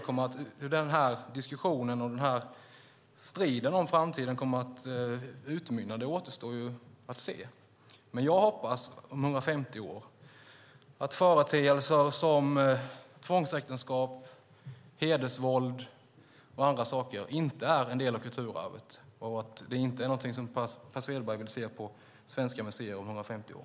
Vad den här diskussionen och striden om framtiden kommer att utmynna i återstår att se, men om 150 år hoppas jag att företeelser som tvångsäktenskap, hedersvåld och andra saker inte är en del av kulturarvet och att det inte är någonting som Per Svedberg vill se på svenska museer om 150 år .